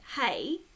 hey